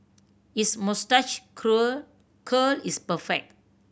his moustache curl is perfect